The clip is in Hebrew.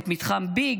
את מתחם ביג,